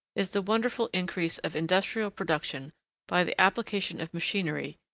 is the wonderful increase of industrial production by the application of machinery,